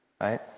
right